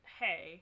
hey